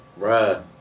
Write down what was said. Bruh